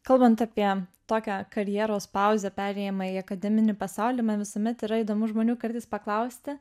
kalbant apie tokią karjeros pauzę perėjimą į akademinį pasaulį man visuomet yra įdomu žmonių kartais paklausti